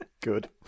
Good